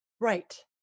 right